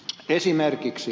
esimerkiksi